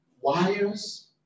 wires